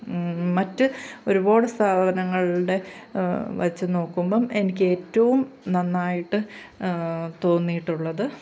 മറ്റ് ഒരുപാട് സ്ഥാപനങ്ങളുടെ വച്ച് നോക്കുമ്പം എനിക്ക് ഏറ്റവും നന്നായിട്ട് തോന്നിയിട്ടുള്ളത്